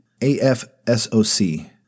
AFSOC